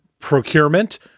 procurement